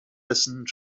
dessen